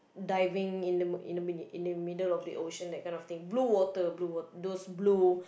diving in the mi~ in the middle in the middle of the ocean kind of thing blue water blue water those blue